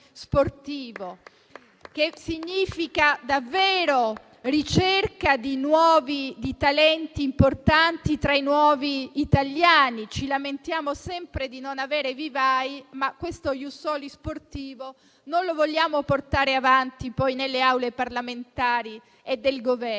che significa davvero ricerca di nuovi talenti importanti tra i nuovi italiani. Ci lamentiamo sempre di non avere vivai, ma questo *ius soli* sportivo non lo vogliamo poi portare avanti nelle Aule parlamentari e nel Governo.